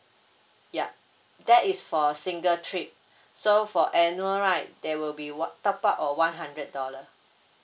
yup that is for a single trip so for annual right there will be one top up of one hundred dollar